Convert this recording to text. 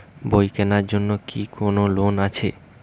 বই কেনার জন্য কি কোন লোন আছে?